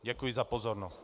Děkuji za pozornost.